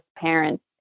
parents